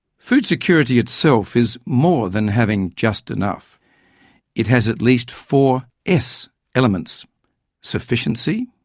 food security itself is more than having just enough it has at least four s elements sufficiency,